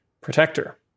Protector